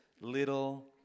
little